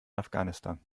afghanistan